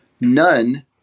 none